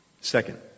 Second